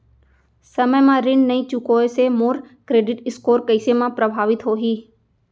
समय म ऋण नई चुकोय से मोर क्रेडिट स्कोर कइसे म प्रभावित होही?